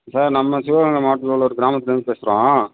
sir நம்ம சிவகங்கை மாவட்டத்தில் உள்ள ஒரு கிராமத்திலேருந்து பேசுகிறோம்